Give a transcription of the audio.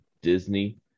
Disney